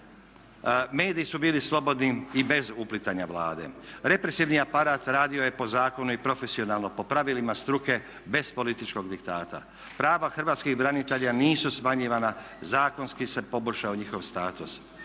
mediji su bili slobodni i bez uplitanja Vlade. Represivni aparat radio je po zakonu i profesionalno po pravilima struke bez političkog diktata. Prava hrvatskih branitelja nisu smanjivana, zakonski se poboljšao njihov status.